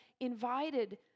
invited